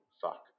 fuck